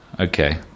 Okay